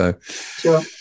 Sure